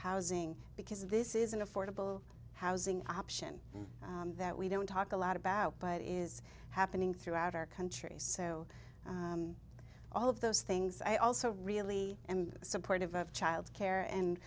housing because this is an affordable housing option that we don't talk a lot about but it is happening throughout our country so all of those things i also really am supportive of child care and